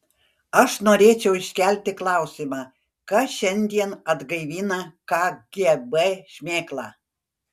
aš norėčiau iškelti klausimą kas šiandien atgaivina kgb šmėklą